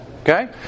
Okay